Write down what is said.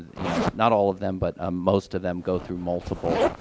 you know not all of them, but, ah, most of them go through multiple,